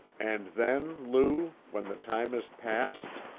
and then, lou, when the time is past?